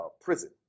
prison